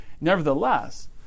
Nevertheless